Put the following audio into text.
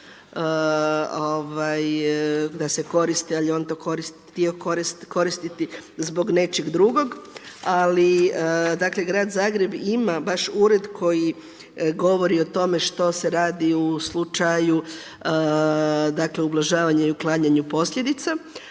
da se koriste, ali on je to htio koristiti zbog nečeg drugog. Ali dakle grad Zagreb ima baš ured koji govori o tome što se radi u slučaju dakle ublažavanja i uklanjanju posljedica.